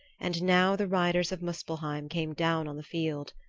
and now the riders of muspelheim came down on the field.